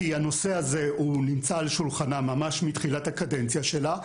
כי הנושא הזה נמצא על שולחנה ממש מתחילת הקדנציה שלה.